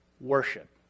worship